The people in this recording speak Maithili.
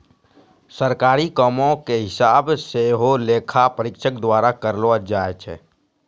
सरकारी कामो के हिसाब सेहो लेखा परीक्षक द्वारा करलो जाय छै